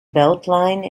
beltline